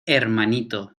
hermanito